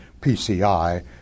PCI